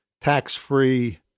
tax-free